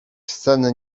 sen